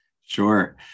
Sure